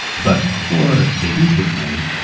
but before they do take money,